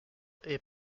est